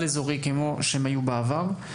כבתי ספר על-אזוריים כמו שהם היו בעבר.